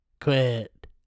Quit